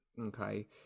okay